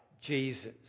Jesus